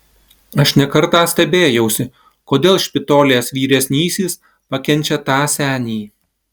aš ne kartą stebėjausi kodėl špitolės vyresnysis pakenčia tą senį